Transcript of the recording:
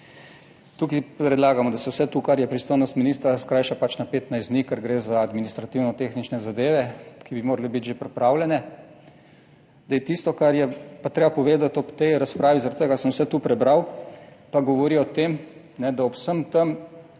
Tukaj predlagamo, da se vse to, kar je pristojnost ministra, skrajša na 15 dni, ker gre za administrativno-tehnične zadeve, ki bi morale biti že pripravljene. Tisto, kar je pa treba povedati ob tej razpravi, zaradi tega sem vse to prebral, pa govori o tem, da ob vsem tem